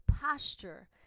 posture